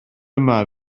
yma